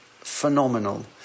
phenomenal